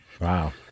Wow